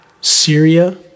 Syria